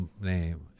name